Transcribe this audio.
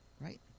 Right